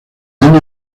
año